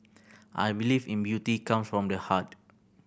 I believe in beauty comes from the heart